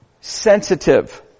sensitive